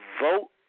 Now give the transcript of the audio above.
vote